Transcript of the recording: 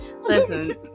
Listen